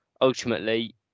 ultimately